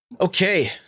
Okay